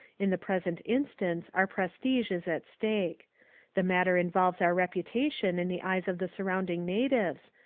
in the present instance our prestige is at stake the matter involves our reputation in the eyes of the surrounding natives,